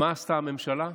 מה עשתה הממשלה?